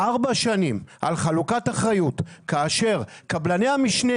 ארבע שנים על חלוקת אחריות, קבלני המשנה